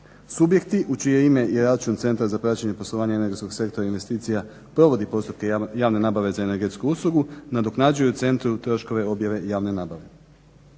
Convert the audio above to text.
Subjekti u čije ime i račun Centra za praćenje poslovanja energetskoj sektora i investicija provodi postupke javne nabave za energetsku uslugu nadoknađuju u centru troškove objave javne nabave."